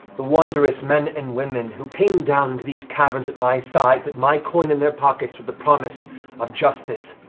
the wondrous men and women who came down to these caverns at my sides with my coin in their pockets, with the promise of justice.